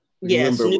Yes